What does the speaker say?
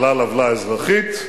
כלל עוולה אזרחית,